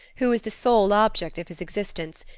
who was the sole object of his existence,